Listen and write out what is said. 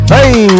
Hey